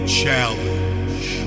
challenge